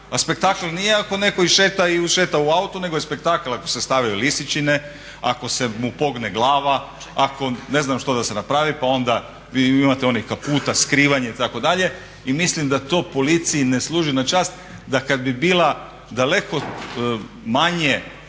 a spektakl nije ako netko išeta i ušeta u auto nego je spektakl ako se stave lisičine, ako mu se pogne glava, ako ne znam što da se napravi pa onda vi imate onih kaputa, skrivanje itd. i mislim da to policiji ne služi na čast i da kad bi bila daleko manje